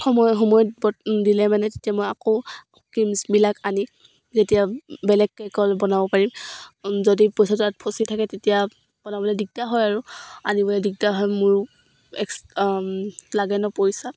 সময় সময়ত দিলে মানে তেতিয়া মই আকৌ ক্ৰীমছবিলাক আনি যেতিয়া বেলেগকৈ কল বনাব পাৰিম যদি পইচাটো তাত ফচি থাকে তেতিয়া বনাবলৈ দিগদাৰ হয় আৰু আনিবলে দিগদাৰ হয় মোৰো এক্স লাগে নহ্ পইচা